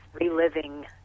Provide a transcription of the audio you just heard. reliving